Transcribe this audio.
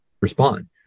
respond